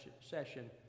session